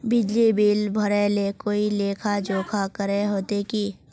बिजली बिल भरे ले कोई लेखा जोखा करे होते की?